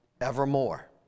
evermore